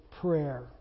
prayer